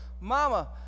Mama